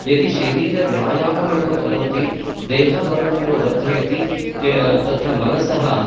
यदि शरीरव्यायामं एव करोति देहबलमेव वर्धयति तत्र मनसः